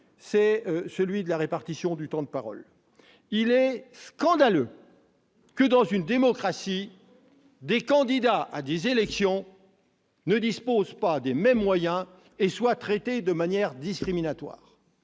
désaccord : la répartition du temps de parole. Il est scandaleux que, dans une démocratie, des candidats à une élection ne disposent pas des mêmes moyens et soient traités de manière discriminatoire.